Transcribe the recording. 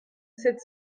sept